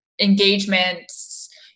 engagements